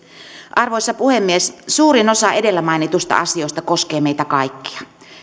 arvoisa puhemies suurin osa edellä mainituista asioista koskee meitä kaikkia